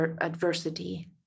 adversity